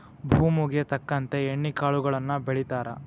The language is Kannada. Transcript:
ಭೂಮುಗೆ ತಕ್ಕಂತೆ ಎಣ್ಣಿ ಕಾಳುಗಳನ್ನಾ ಬೆಳಿತಾರ